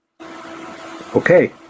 okay